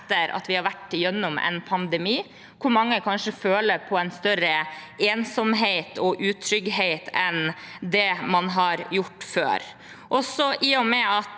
etter at vi har vært gjennom en pandemi og mange kanskje føler på en større ensomhet og utrygghet enn det man har gjort før.